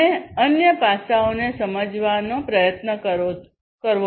અને અન્ય પાસાઓને સમજવાનો પ્રયત્ન કરો